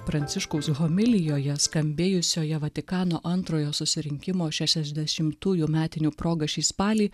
pranciškus homilijoje skambėjusioje vatikano antrojo susirinkimo šešiasdešimtųjų metinių proga šį spalį